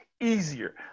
easier